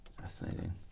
Fascinating